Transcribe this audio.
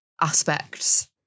aspects